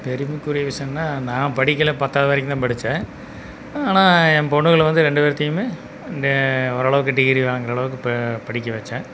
பெருமைக்குரிய விஷயம்னா நான் படிக்கலை பத்தாவது வரைக்கும் தான் படித்தேன் ஆனால் என் பொண்ணுங்கள வந்து ரெண்டு பேர்த்தையும் ஓரளவுக்கு டிகிரி வாங்குற அளவுக்கு படிக்க வைச்சேன்